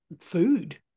food